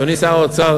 אדוני שר האוצר,